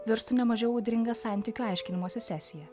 virstų ne mažiau audringą santykių aiškinimosi sesiją